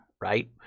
right